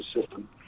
system